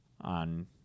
on